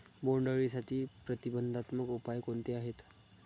बोंडअळीसाठी प्रतिबंधात्मक उपाय कोणते आहेत?